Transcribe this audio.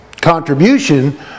contribution